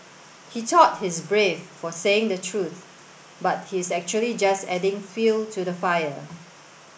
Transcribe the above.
he thought he's brave for saying the truth but he's actually just adding fuel to the fire